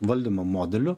valdymo modeliu